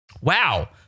wow